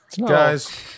Guys